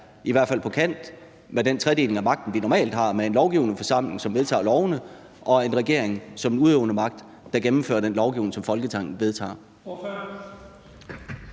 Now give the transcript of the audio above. være på kant med den tredeling af magten, vi normalt har, med en lovgivende forsamling, som vedtager lovene, og en regering som udøvende magt, der gennemfører den lovgivning, som Folketinget vedtager.